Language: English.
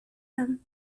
them